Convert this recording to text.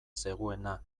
zegoena